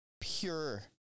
Pure